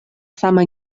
sama